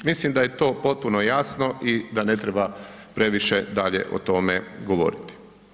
Mislim da je to potpuno jasno i da ne treba previše dalje o tome govoriti.